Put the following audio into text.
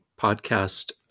podcast